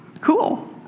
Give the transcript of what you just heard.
cool